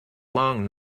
long